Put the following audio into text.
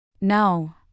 No